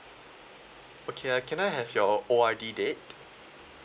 okay uh can I have your O_R_D date